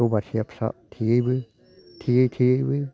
दबा फिसा थेयोबो थेयै थेयैबो